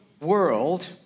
world